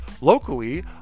locally